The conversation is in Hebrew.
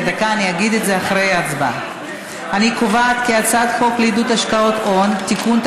אני קובעת כי הצעת חוק לעידוד השקעות הון (תיקון,